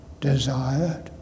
desired